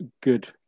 good